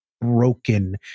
broken